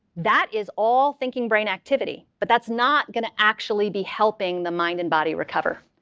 that is all thinking brain activity, but that's not going to actually be helping the mind and body recover.